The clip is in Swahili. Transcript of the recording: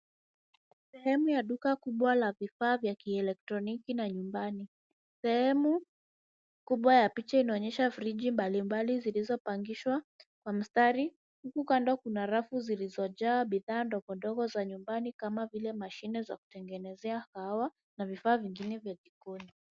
Sehemu ya duka kubwa la bidhaa vya kieletroniki na nyumbani. Sehemu kubwa ya picha inaonyesha friji mbalimbali zilizopangishwa kwa mstari huku kando kuna rafu zilizojaa bidhaa ndogo ndogo za nyumbani kama vile mashine za kutegenezea kahawa na vifaa vingine vya jikoni.